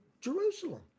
Jerusalem